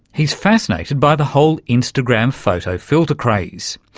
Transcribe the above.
he's fascinated by the whole instagram photo-filter craze.